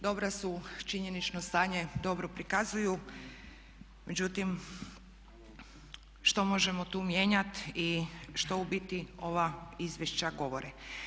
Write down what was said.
Dobra su, činjenično stanje dobro prikazuju međutim što možemo tu mijenjati i što u biti ova izvješća govore.